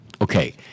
Okay